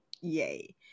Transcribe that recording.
Yay